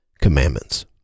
commandments